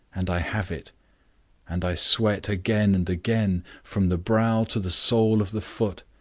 and i have it and i sweat again and again, from the brow to the sole of the foot,